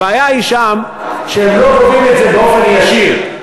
הבעיה שם היא שהם לא גובים את זה באופן ישיר,